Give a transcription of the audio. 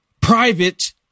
private